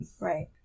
Right